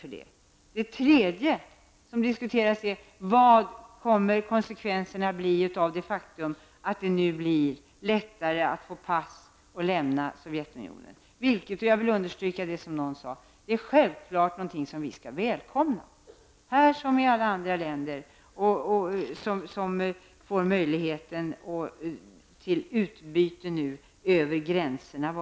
För det tredje diskuteras frågan om vilka konsekvenserna kommer att bli när det gäller det faktum att det nu blir lättare att få pass och att kunna lämna Sovjetunionen. Det är självfallet, som någon här också underströk, någonting som vi här liksom i andra länder skall välkomna, eftersom det ges möjlighet till utbyte över gränserna.